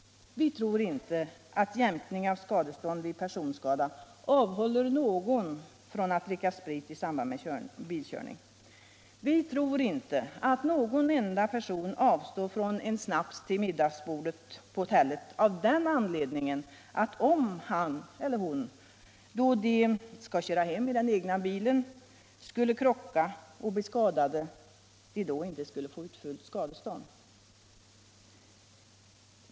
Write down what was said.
Vi tror inte att jämkning av skadestånd vid personskada avhåller någon från att dricka sprit i samband med bilkörning. Vi tror inte att någon enda person avstår från en snaps till middagen på hotellet av den anledningen att vederbörande, om han eller hon på hemväg i den egna bilen skulle krocka och bli skadad, då inte skulle få ut fullt skadestånd.